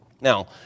Now